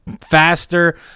Faster